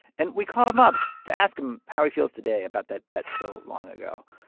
and we called him up to ask him how he feels today about that bet so long ago.